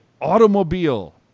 automobile